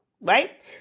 right